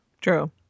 True